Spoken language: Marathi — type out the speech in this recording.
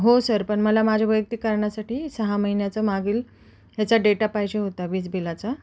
हो सर पण मला माझ्या वैयक्तिक करणासाठी सहा महिन्याचा मागील ह्याचा डेटा पाहिजे होता वीज बिलाचा